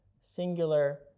singular